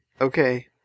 okay